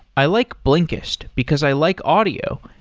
i like blinkist, because i like audio,